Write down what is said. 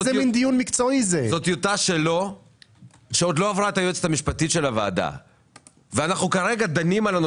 יש דברים שמנסחים עכשיו תוך כדי תנועה.